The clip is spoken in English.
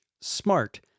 smart